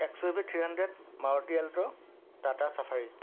XUV three hundred Maruti alto Tata safari